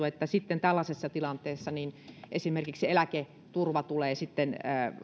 että tällaisessa tilanteessa esimerkiksi eläketurva tulee sitten